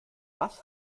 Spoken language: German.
was